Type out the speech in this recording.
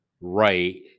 right